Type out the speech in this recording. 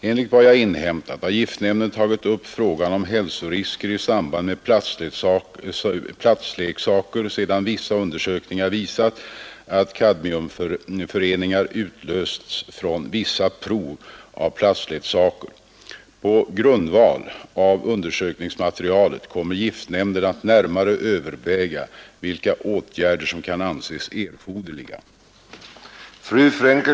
Enligt vad jag inhämtat har giltnämnden tagit upp fragan om hälsorisker i samband med plastleksaker sedan vissa undersökningar visat att kadmiumnmföreningar utlösts från vissa prov av plastleksaker Pa grundval av undersökningsmaterialet kommer gilftnämnden att närmare överväga vilka atgärder som kan anses erforder